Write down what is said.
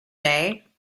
day